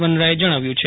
વનરાએ જણાવ્યું છે